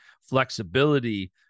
flexibility